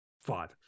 five